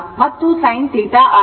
ಮತ್ತು sin θ ಆಗಿದೆ